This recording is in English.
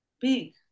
Big